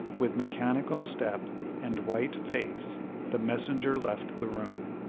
with mechanical step and white face the messenger left the room,